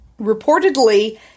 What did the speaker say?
Reportedly